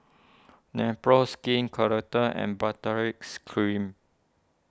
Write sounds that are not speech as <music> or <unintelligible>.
Nepro Skin <unintelligible> and Baritex Cream